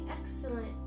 excellent